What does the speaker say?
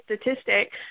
statistic